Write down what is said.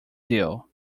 deal